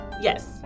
Yes